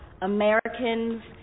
Americans